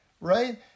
right